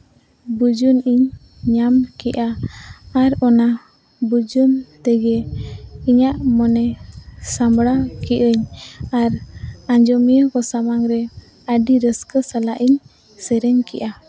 ᱵᱩᱡᱩᱱ ᱤᱧ ᱧᱟᱢ ᱠᱮᱜᱼᱟ ᱟᱨ ᱚᱱᱟ ᱵᱩᱡᱩᱱ ᱛᱮᱜᱮ ᱤᱧᱟᱹᱜ ᱢᱚᱱᱮ ᱥᱟᱢᱵᱲᱟᱣ ᱠᱮᱜ ᱟᱹᱧ ᱟᱨ ᱟᱸᱡᱚᱢᱤᱭᱟᱹ ᱠᱚ ᱥᱟᱢᱟᱝ ᱨᱮ ᱟᱹᱰᱤ ᱨᱟᱹᱥᱠᱟᱹ ᱥᱟᱞᱟᱜ ᱤᱧ ᱥᱮᱨᱮᱧ ᱠᱮᱜᱼᱟ